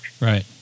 Right